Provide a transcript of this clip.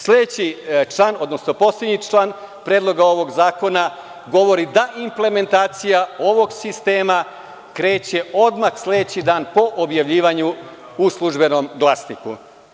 Sledeći član, odnosno poslednji član Predloga ovog zakona govori da implementacija ovog sistema kreće odmah sledeći dan po objavljivanju u „Službenom glasniku“